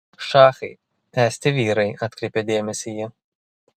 šachai esti vyrai atkreipė dėmesį ji